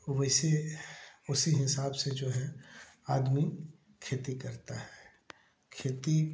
वैसे उसी हिसाब से जो है आदमी खेती करता है खेती